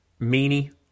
meanie